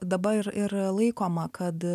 dabar ir laikoma kad